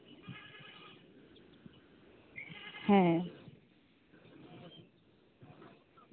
ᱦᱮᱸ